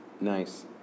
Nice